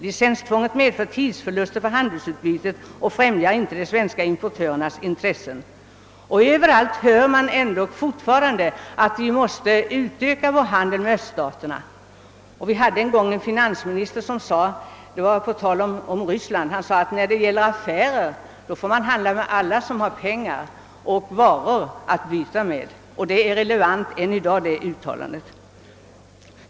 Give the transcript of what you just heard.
Licenstvånget medför tidsförluster för handelsutbytet och främjar inte de svenska inportörernas intressen. Överallt hör man ändå att vi måste utöka vår handel med öststaterna. Vi hade en gång en finansminister som på tal om Ryssland sade att när det gäller handel, så får man handla med alla som har pengar och varor att byta med. Det är ett uttalande som är relevant än i dag.